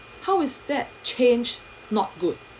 how is that change not good